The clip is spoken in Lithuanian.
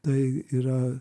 tai yra